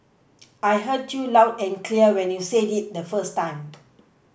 I heard you loud and clear when you said it the first time